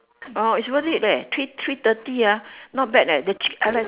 orh it's worth it leh three three thirty ah not bad eh the chick I like